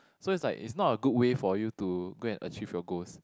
so is like not a good way for you to go and achieve your goals